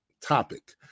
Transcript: topic